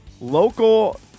local